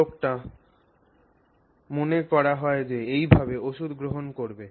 লোকটি মনে করা হয় যে এই ভাবে ওষুধ গ্রহণ করবে